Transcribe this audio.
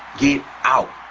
get out,